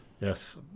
Yes